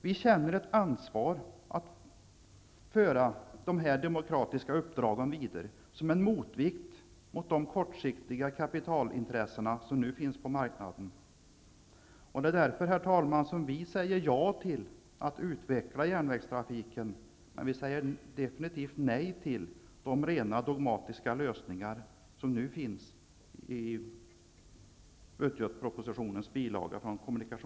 Vi känner ett ansvar att föra detta demokratiska uppdrag vidare som en motvikt mot de kortsiktiga kapitalintressena på marknaden. Det är därför, herr talman, som vi säger ja till att utveckla järnvägstrafiken men nej till de rent dogmatiska lösningar som nu föreslås.